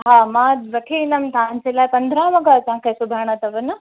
हा मां वठी ईंदमि तव्हां जे लाइ पंद्रहं वॻा तव्हां खे सिबाइणा अथव न